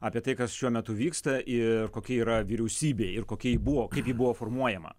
apie tai kas šiuo metu vyksta ir kokia yra vyriausybė ir kokia ji buvo kaip ji buvo formuojama